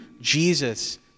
Jesus